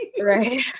right